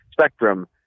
spectrum